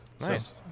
Nice